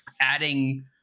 adding